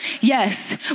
Yes